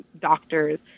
doctors